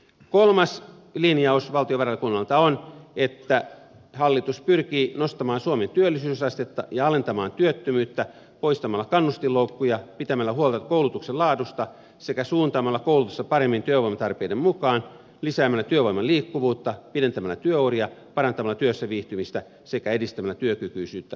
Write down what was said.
kolmas linjaus valtiovarainvaliokunnalta on että hallitus pyrkii nostamaan suomen työllisyysastetta ja alentamaan työttömyyttä poistamalla kannustinloukkuja pitämällä huolta koulutuksen laadusta sekä suuntaamalla koulutusta paremmin työvoimatarpeiden mukaan lisäämällä työvoiman liikkuvuutta pidentämällä työuria parantamalla työssä viihtymistä sekä edistämällä työkykyisyyttä ja kuntoutusta